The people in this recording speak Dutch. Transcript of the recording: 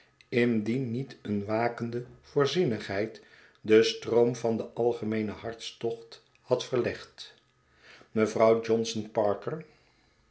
indien niet een wakende voorzienigheid den stroom van den algemeenen hartstocht had verlegd mevrouw johnson parker